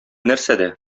нәрсәдә